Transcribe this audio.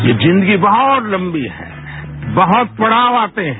ये जिन्दगी बहुत लंबी है बहुत पड़ाव आते है